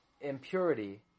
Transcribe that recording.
impurity